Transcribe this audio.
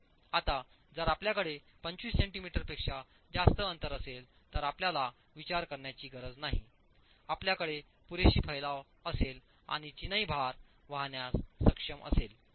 आता जर आपल्याकडे 25 सेंटीमीटरपेक्षा जास्त अंतर असेल तर आपल्याला विचार करण्याची गरज नाहीआपल्याकडे पुरेशी फैलाव असेल आणि चिनाई भार वाहण्यास सक्षम असेल